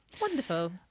Wonderful